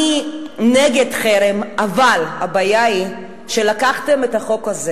אני נגד חרם, אבל הבעיה היא שלקחתם את החוק הזה